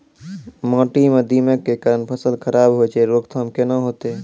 माटी म दीमक के कारण फसल खराब होय छै, रोकथाम केना होतै?